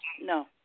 No